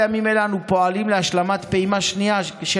בימים אלה אנו פועלים להשלמת פעימה שנייה של